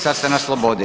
Sad ste na slobodi.